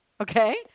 Okay